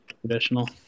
Traditional